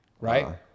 right